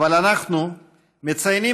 9490 ו-9491.